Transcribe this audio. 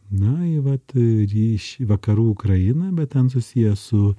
na į vat ee ryšį vakarų ukrainą bet ten susiję su